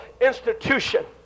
institution